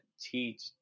teach